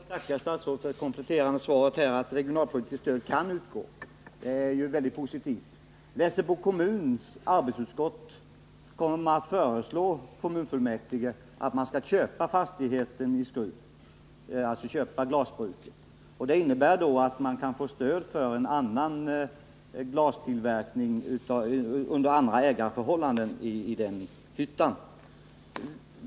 Herr talman! Jag ber att få tacka statsrådet för det kompletterande beskedet att regionalpolitiskt stöd kan utgå. Det är mycket positivt. Lessebo kommunstyrelses arbetsutskott kommer att föreslå kommunfullmäktige att inköpa den fastighet som inrymmer Skrufs glasbruk. Det innebär att stöd kommer att kunna ges för bedrivandet av en glastillverkning i den hyttan under nya ägarförhållanden.